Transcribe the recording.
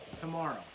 tomorrow